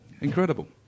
Incredible